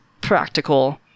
practical